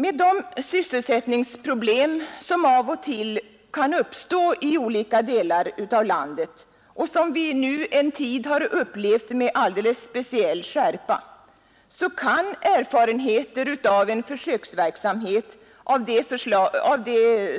Med de sysselsättningsproblem som av och till kan uppstå i olika delar av landet — och som vi nu en tid upplevt med särskild skärpa — kan erfarenheter av en försöksverksamhet av det